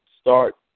start